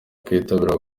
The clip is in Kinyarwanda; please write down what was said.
kwitabira